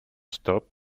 stopped